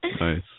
Nice